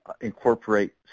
incorporate